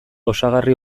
osagarri